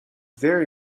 very